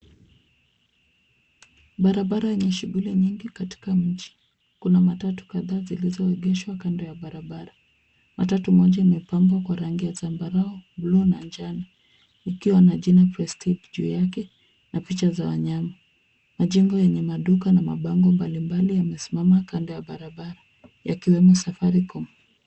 Barabara yenye shughuli nyingi katika mji. Kuna matatu kadhaa zilizoegeshwa kando ya barabara. Matatu moja imepambwa kwa rangi ya zambarau, bluu na njano, ikiwa na jina Prestige juu yake na picha za wanyama. Majengo yenye maduka na mabango mbalimbali yamesimama kando ya barabara, yakiwemo Safaricom.